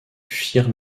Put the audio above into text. firent